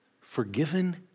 forgiven